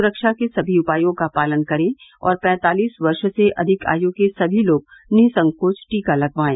सुरक्षा के सभी उपायों का पालन करें और पैंतालीस वर्ष से अधिक आयु के सभी लोग निःसंकोच टीका लगवाएं